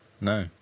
No